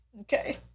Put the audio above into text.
Okay